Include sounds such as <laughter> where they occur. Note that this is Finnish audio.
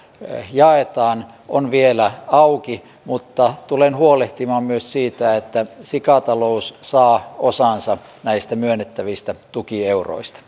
jaetaan on vielä auki mutta tulen huolehtimaan myös siitä että sikatalous saa osansa näistä myönnettävistä tukieuroista <unintelligible>